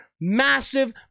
Massive